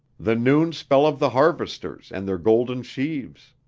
the noon spell of the harvesters and their golden sheaves.